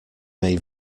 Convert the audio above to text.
may